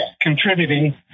contributing